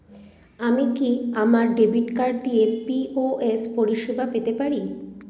আমি কি আমার ডেবিট কার্ড দিয়ে পি.ও.এস পরিষেবা পেতে পারি?